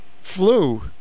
flu